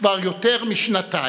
כבר יותר משנתיים